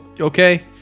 okay